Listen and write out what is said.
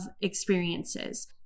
experiences